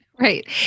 Right